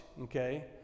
Okay